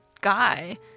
guy